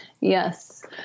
Yes